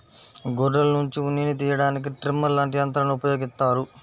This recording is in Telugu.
గొర్రెల్నుంచి ఉన్నిని తియ్యడానికి ట్రిమ్మర్ లాంటి యంత్రాల్ని ఉపయోగిత్తారు